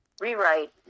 rewrite